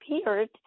appeared